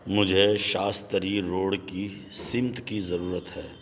مجھے شاستری روڈ کی سمت کی ضرورت ہے